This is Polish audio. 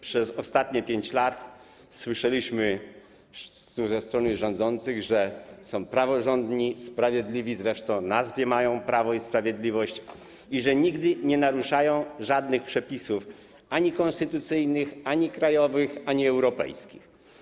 Przez ostatnie 5 lat słyszeliśmy ze strony rządzących, że są praworządni, sprawiedliwi - mają z resztą w nazwie prawo i sprawiedliwość - że nigdy nie naruszają żadnych przepisów ani konstytucyjnych, ani krajowych, ani europejskich.